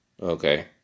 Okay